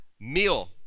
meal